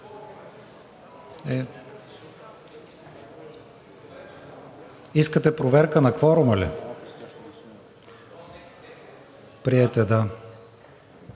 Искате проверка на кворума ли? Приет е – да,